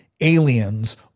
aliens